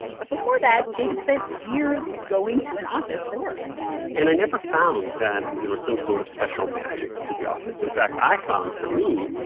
but before that, david spent years going to an office for work and i never found that there was some sort of special magic to the office. in fact, i found, for me,